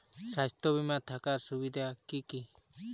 স্বাস্থ্য বিমা থাকার সুবিধা কী কী?